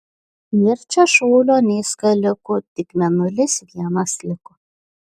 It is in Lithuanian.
nėr čia šaulio nei skalikų tik mėnulis vienas liko